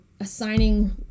assigning